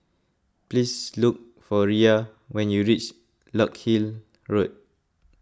please look for Riya when you reach Larkhill Road